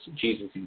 Jesus